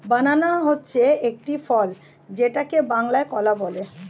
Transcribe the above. বানানা হচ্ছে একটি ফল যেটাকে বাংলায় কলা বলে